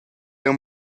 aunc